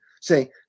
say